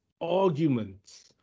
arguments